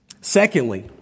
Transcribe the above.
Secondly